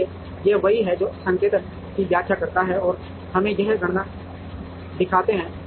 इसलिए यह वही है जो इस संकेतन की व्याख्या करता है और हमें यह गणना दिखाते हैं